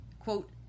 Quote